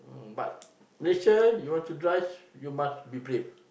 but Malaysia you want to drive you must be brave